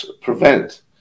prevent